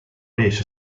riesce